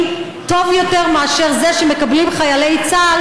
זה סמל האחריות החברתית.